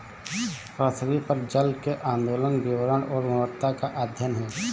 पृथ्वी पर जल के आंदोलन वितरण और गुणवत्ता का अध्ययन है